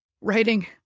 writing